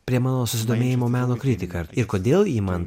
prie mano susidomėjimo meno kritika ir kodėl ji man